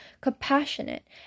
compassionate